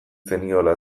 zeniola